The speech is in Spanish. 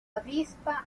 avispa